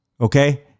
Okay